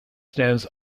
stands